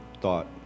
thought